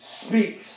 speaks